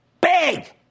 big